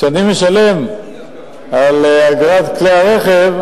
כשאני משלם על אגרת כלי-הרכב,